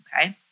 okay